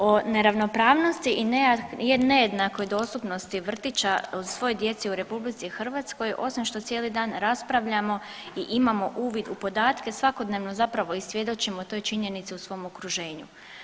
O neravnopravnosti i nejednakoj dostupnosti vrtića svoj djeci u RH, osim što cijeli dan raspravljamo i imamo uvid u podatke, svakodnevno zapravo i svjedočimo toj činjenici u svom okruženju.